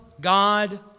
God